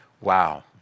Wow